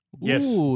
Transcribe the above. Yes